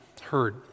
heard